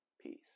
Peace